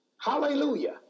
Hallelujah